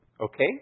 Okay